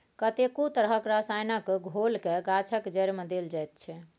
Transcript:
कतेको तरहक रसायनक घोलकेँ गाछक जड़िमे देल जाइत छै